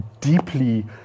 deeply